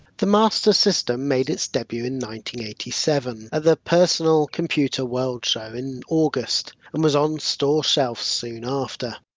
the master system made its debut in one eighty seven, at the personal computer world show in august and was on stores shelves soon after.